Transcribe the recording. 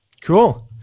Cool